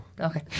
Okay